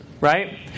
right